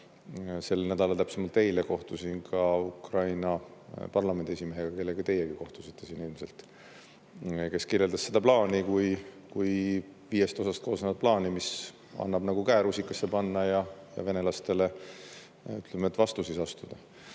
sel nädalal, täpsemalt eile kohtusin ka Ukraina parlamendi esimehega, kellega teiegi kohtusite siin ilmselt, kes kirjeldas seda plaani kui viiest osast koosnevat plaani, mis annab nagu käe rusikasse panna ja venelastele, ütleme, et,